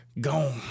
gone